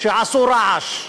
שעשו רעש,